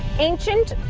ancient.